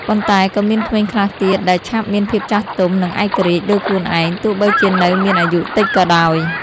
ប៉ុន្តែក៏មានក្មេងខ្លះទៀតដែលឆាប់មានភាពចាស់ទុំ និងឯករាជ្យលើខ្លួនឯង ទោះបីជានៅមានអាយុតិចក៏ដោយ។